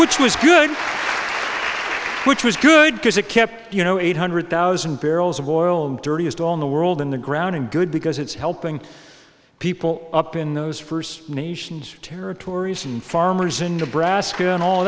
which was good which was good because it kept you know eight hundred thousand barrels of oil and dirtiest on the world in the ground and good because it's helping people up in those first nations territories and farmers in nebraska and all